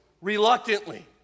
reluctantly